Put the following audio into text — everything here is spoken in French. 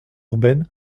urbaine